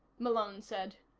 malone said.